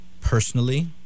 personally